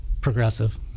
progressive